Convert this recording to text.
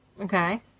Okay